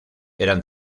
eran